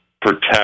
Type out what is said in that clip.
protect